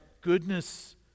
goodness